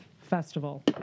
festival